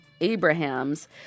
Abrahams